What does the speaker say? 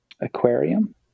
aquarium